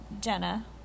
Jenna